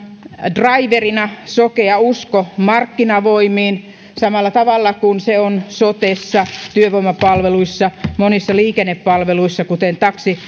draiverina sokea usko markkinavoimiin samalla tavalla kuin se on sotessa työvoimapalveluissa monissa liikennepalveluissa kuten